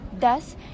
Thus